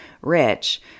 rich